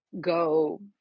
go